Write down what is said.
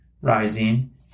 rising